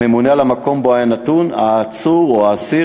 הממונה על המקום שבו העצור או האסיר